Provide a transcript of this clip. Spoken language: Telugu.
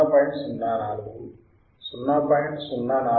04 0